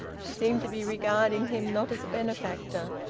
she seemed to be regarding him, not as a benefactor,